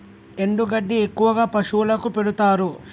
ఎండు గడ్డి ఎక్కువగా పశువులకు పెడుతారు